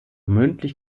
mündlich